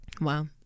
Wow